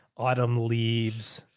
autumn leaves.